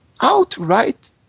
outright